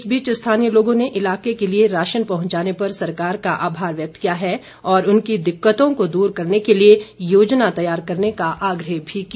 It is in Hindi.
इस बीच स्थानीय लोगों ने इलाके के लिए राशन पहुंचाने पर सरकार का आभार व्यक्त किया है और उनकी दिक्कतों को दूर करने के लिए योजना तैयार करने का आग्रह भी किया